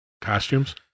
Costumes